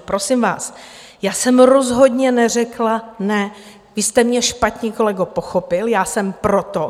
Prosím vás, já jsem rozhodně neřekla ne, vy jste mě špatně, kolego, pochopil, já jsem pro to.